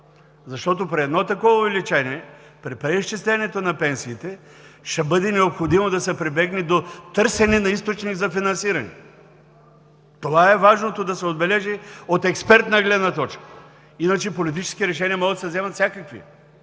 Защото при едно такова увеличение, при преизчислението на пенсиите ще бъде необходимо да се прибегне до търсене на източник за финансиране. Това е важното да се отбележи от експертна гледна точка. Иначе могат да се вземат всякакви